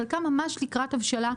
וחלקם ממש לקראת הבשלה.